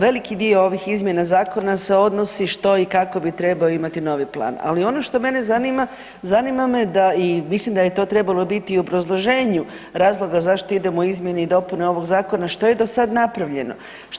Veliki dio ovih izmjena zakona se odnosi što i kako bi trebao imati novi plan ali ono što mene zanima, zanima da i mislim da je to trebalo biti u obrazloženju razloga zašto idemo u izmjene i dopune ovog zakona, što je do sad napravljeno?